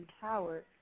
Howard